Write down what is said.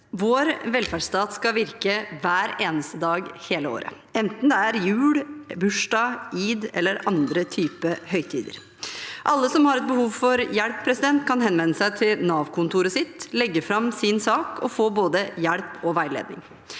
Vår velferdsstat skal virke hver eneste dag hele året enten det er jul, bursdag, id eller andre høytider. Alle som har behov for hjelp, kan henvende seg til Nav-kontoret, legge fram sin sak og få hjelp og veiledning.